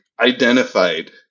identified